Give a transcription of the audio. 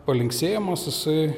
palinksėjimas jisai